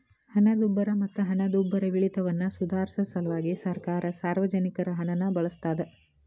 ಹಣದುಬ್ಬರ ಮತ್ತ ಹಣದುಬ್ಬರವಿಳಿತವನ್ನ ಸುಧಾರ್ಸ ಸಲ್ವಾಗಿ ಸರ್ಕಾರ ಸಾರ್ವಜನಿಕರ ಹಣನ ಬಳಸ್ತಾದ